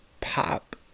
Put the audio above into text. pop